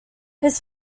his